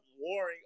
warring